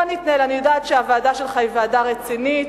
אני יודעת שהוועדה שלך היא ועדה רצינית,